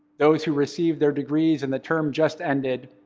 those who received their degrees and the term just ended,